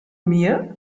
mir